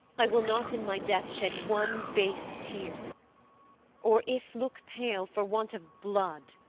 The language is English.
i will not in my death shed one base tear or if look pale, for want of blood,